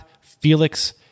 Felix